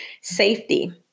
Safety